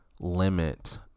Limit